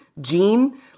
gene